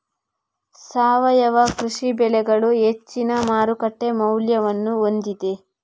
ಸಾವಯವ ಕೃಷಿ ಬೆಳೆಗಳು ಹೆಚ್ಚಿನ ಮಾರುಕಟ್ಟೆ ಮೌಲ್ಯವನ್ನು ಹೊಂದಿದೆ